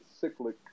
cyclic